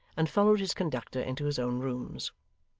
and followed his conductor into his own rooms.